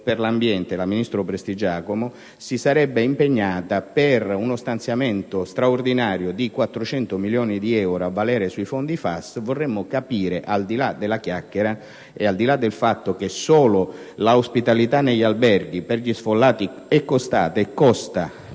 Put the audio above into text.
dell'ambiente Prestigiacomo si sarebbe impegnata per uno stanziamento straordinario di 400 milioni di euro a valere sui fondi FAS. Al di là delle chiacchiere e del fatto che solo l'ospitalità negli alberghi per gli sfollati è costata, per